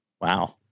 Wow